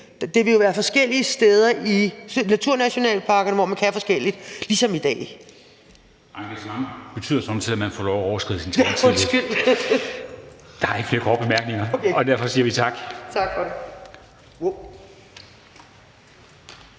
der vil jo være forskellige steder i naturnationalparkerne, hvor man kan forskelligt, ligesom det